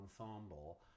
ensemble